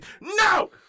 No